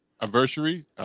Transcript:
anniversary